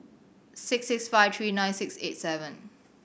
six six five three nine six eight seven